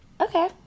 okay